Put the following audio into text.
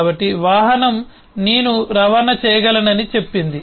కాబట్టి వాహనం నేను రవాణా చేయగలనని చెప్పింది